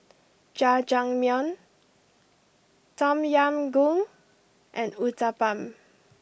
Jajangmyeon Tom Yam Goong and Uthapam